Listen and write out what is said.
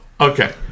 Okay